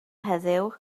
heddiw